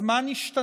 אז מה נשתנה?